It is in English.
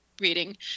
reading